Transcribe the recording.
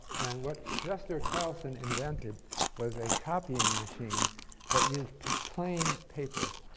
and what chester carlson invented was a copying machine that used plain paper.